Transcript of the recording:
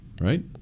right